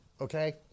Okay